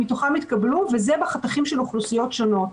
וזה בחתכים של אוכלוסיות שונות.